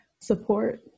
support